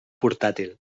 portàtil